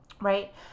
right